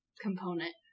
component